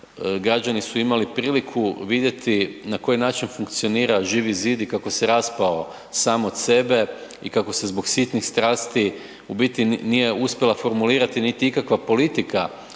građani su imali priliku vidjeti na koji način funkcionira Živi zid i kako se raspao sam od sebe i kako se zbog sitnih strasti ubiti nije uspjela formulirati niti ikakva politika